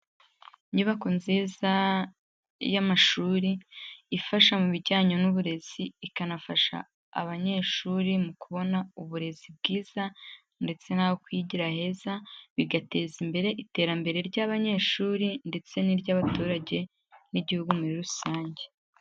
Inyubako nziza y'amashuri, ifasha mu bijyanye n'uburezi ikanafasha abanyeshuri mu kubona uburezi bwiza ndetse n'aho kwigira heza, bigateza imbere iterambere ry'abanyeshuri ndetse n'iry'abaturage n'igihugu muri rusange.